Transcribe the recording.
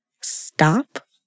Stop